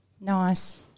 Nice